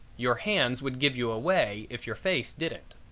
your hands would give you away if your face didn't.